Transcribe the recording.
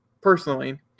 personally